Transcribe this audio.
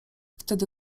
wtedy